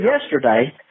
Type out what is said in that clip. yesterday